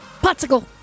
Popsicle